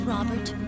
Robert